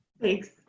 thanks